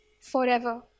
forever